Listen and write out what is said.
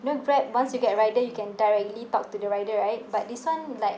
you know grab once you get rider you can directly talk to the rider right but this one like